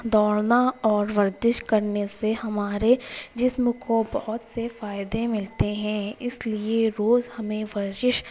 دوڑنا اور ورزش کرنے سے ہمارے جسم کو بہت سے فائدے ملتے ہیں اس لیے روز ہمیں ورزش